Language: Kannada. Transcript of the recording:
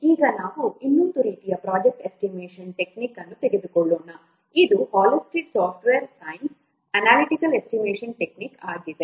ಈಗ ನಾವು ಇನ್ನೊಂದು ರೀತಿಯ ಪ್ರೊಜೆಕ್ಟ್ ಎಸ್ಟಿಮೇಷನ್ ಟೆಕ್ನಿಕ್ ಅನ್ನು ತೆಗೆದುಕೊಳ್ಳೋಣ ಅದು ಹಾಲ್ಸ್ಟೆಡ್ಸ್ ಸಾಫ್ಟ್ವೇರ್ ಸೈನ್ಸ್Halstead's Software Science analytical estimation technique ಆಗಿದೆ